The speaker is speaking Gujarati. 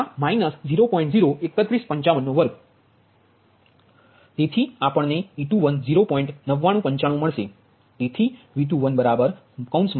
031552 તેથી આપણને e21 0